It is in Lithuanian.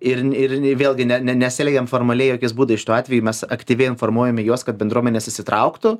ir vėlgi ne nesielgiam formaliai jokiais būdais šituo atveju mes aktyviai informuojame juos kad bendruomenės įsitrauktų